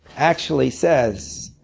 actually says,